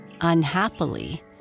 Unhappily